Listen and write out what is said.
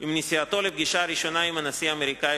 עם נסיעתו לפגישה הראשונה עם הנשיא האמריקני,